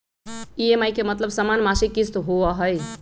EMI के मतलब समान मासिक किस्त होहई?